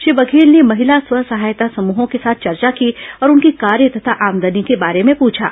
श्री बघेल ने महिला स्व सहायता समूहों के साथ चर्चा की और उनके कार्य तथा आमदनी के बारे में पूछा